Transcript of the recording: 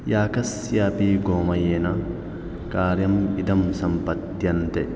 याकस्यापि गोमयेन कार्यम् इदं सम्पद्यन्ते